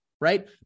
Right